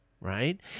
right